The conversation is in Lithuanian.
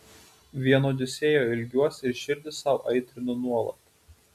vien odisėjo ilgiuos ir širdį sau aitrinu nuolat